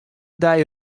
dei